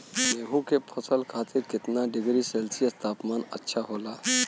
गेहूँ के फसल खातीर कितना डिग्री सेल्सीयस तापमान अच्छा होला?